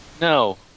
No